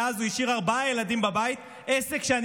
מאז הוא השאיר ארבעה ילדים בבית ועסק שאני